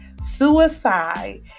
Suicide